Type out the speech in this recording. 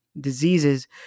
diseases